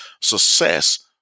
success